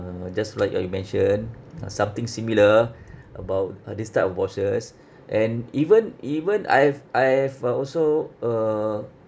uh just like what you mentioned uh something similar about uh this type of bosses and even even I have I have uh also uh